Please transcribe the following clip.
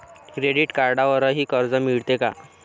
Credit कार्डवरही कर्ज मिळते का?